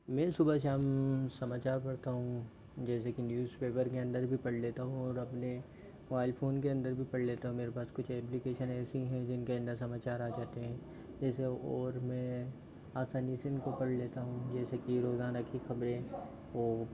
मैं सुबह शाम समाचार पढ़ता हूँ जैसे कि न्यूज़ पेपर के अंदर भी पढ़ लेता हूँ और अपने मोबाइल फ़ोन के अंदर भी पढ़ लेता हूँ मेरे पास कुछ एप्लीकेशन ऐसी हैं जिनके अंदर समाचार आ जाते हैं जैसे और मैं आसानी से इनको पढ़ लेता हूँ जैसे कि रोज़ाना की खबरें और